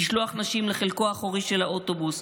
לשלוח נשים לחלקו האחורי של האוטובוס,